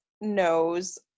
knows